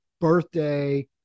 birthday